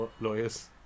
lawyers